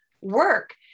work